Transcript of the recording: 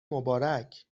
مبارک